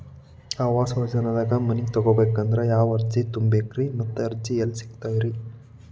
ಆವಾಸ ಯೋಜನೆದಾಗ ಮನಿ ತೊಗೋಬೇಕಂದ್ರ ಯಾವ ಅರ್ಜಿ ತುಂಬೇಕ್ರಿ ಮತ್ತ ಅರ್ಜಿ ಎಲ್ಲಿ ಸಿಗತಾವ್ರಿ?